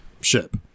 ship